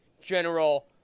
general